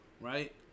right